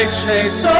chase